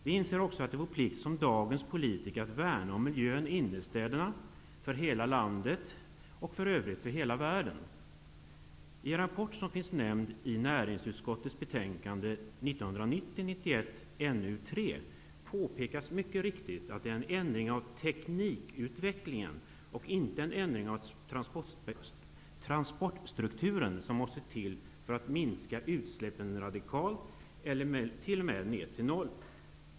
Vi inser också att det är vår plikt som dagens politiker att värna om miljön i innerstäderna, för hela landet och för övrigt för hela världen. I en rapport som finns nämnd i näringsutskottets betänkande 1990/91:NU3 påpekas mycket riktigt att en ändring av teknikutvecklingen och inte en ändring av transportstrukturen måste till för att minska utsläppen radikalt eller t.o.m. ned till noll.